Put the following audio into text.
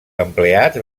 empleats